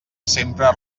sempre